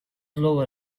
lower